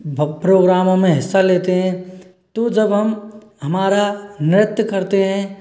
व प्रोग्रामो में हिस्सा लेते हैं तो जब हम हमारा नृत्य करते हैं